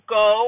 go